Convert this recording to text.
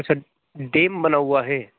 अच्छा देव मनौवा है